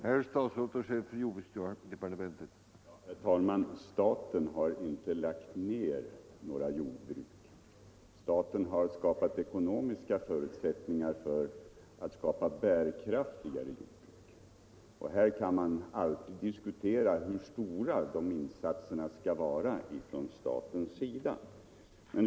Herr talman! Staten har inte lagt ned några jordbruk. Staten har skapat ekonomiska förutsättningar för att möjliggöra bärkraftiga jordbruk. Man kan alltid diskutera hur stora sådana insatser från statens sida skall vara.